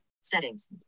settings